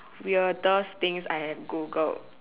weirdest things I have Googled